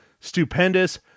stupendous